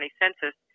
census